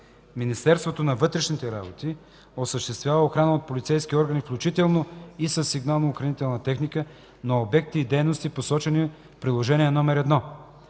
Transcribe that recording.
Министерството на вътрешните работи осъществява охрана от полицейски органи, включително и със сигнално-охранителна техника, на обекти и дейности, посочени в приложение № 1.